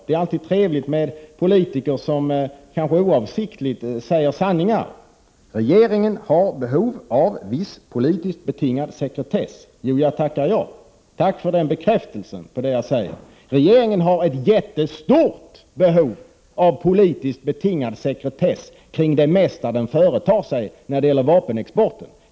Det är alltid trevligt med politiker som kanske oavsiktligt säger sanningar. Regeringen har alltså behov av en viss politiskt betingad sekretess. Tack för den bekräftelsen på det jag säger. Regeringen har ett jättestort behov av politiskt betingad sekretess kring det mesta den företar sig i fråga om vapenexporten.